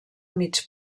mig